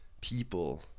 people